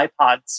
iPods